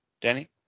Danny